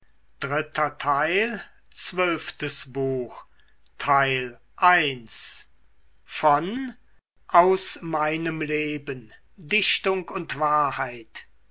goethe aus meinem leben dichtung und wahrheit